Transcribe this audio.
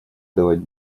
давать